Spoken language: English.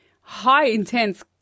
high-intense